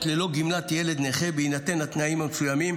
ללא גמלת ילד נכה בהינתן תנאים מסוימים,